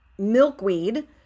milkweed